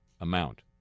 amount